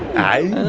i